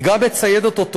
היא גם מציידת אותו,